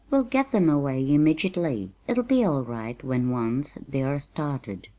we'll get them away immediately. it'll be all right when once they are started.